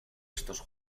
estos